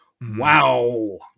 Wow